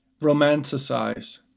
romanticize